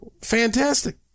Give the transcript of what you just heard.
fantastic